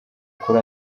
kuri